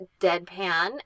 deadpan